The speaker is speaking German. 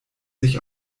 sich